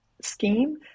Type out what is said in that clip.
scheme